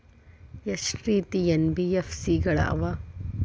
ಎಷ್ಟ ರೇತಿ ಎನ್.ಬಿ.ಎಫ್.ಸಿ ಗಳ ಅವ?